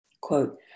Quote